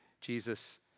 Jesus